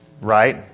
right